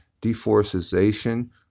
deforestation